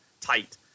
tight